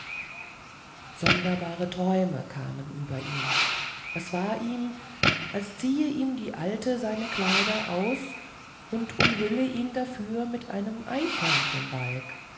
sonderbare träume kamen über ihn es war ihm als ziehe ihm die alte seine kleider aus und umhülle ihn dafür mit einem